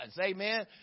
amen